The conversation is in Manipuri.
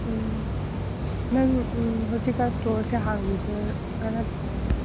ꯎꯝ ꯅꯪ ꯍꯧꯖꯤꯛꯀꯥꯟ ꯁ꯭ꯇꯣꯔꯁꯦ ꯍꯥꯡꯂꯤꯕ꯭ꯔꯥ ꯅꯠꯇ꯭ꯔꯒ